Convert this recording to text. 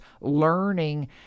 learning